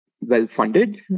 well-funded